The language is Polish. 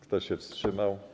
Kto się wstrzymał?